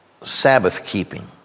Sabbath-keeping